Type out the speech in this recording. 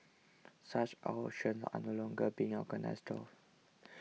such auctions are no longer being organised though